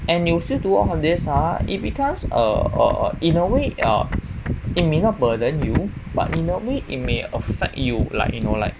and you still do all these ah it becomes err err in a way err it may not burden you but in a way it may affect you like you know like